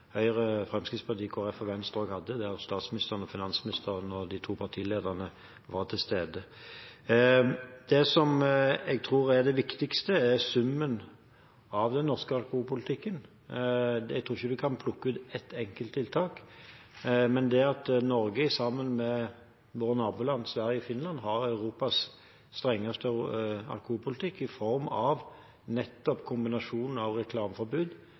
Høyre, Fremskrittspartiet, Kristelig Folkeparti og Venstre hadde, der statsministeren, finansministeren og de to partilederne var til stede. Det som jeg tror er det viktigste, er summen av den norske alkoholpolitikken. Jeg tror ikke en kan plukke ut ett enkelt tiltak. Det at Norge – sammen med våre naboland Sverige og Finland – har Europas strengeste alkoholpolitikk i form av kombinasjonen av reklameforbud,